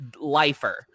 lifer